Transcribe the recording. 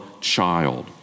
child